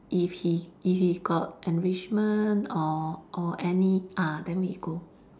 if he if he got enrichment or or any ah then we go